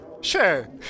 sure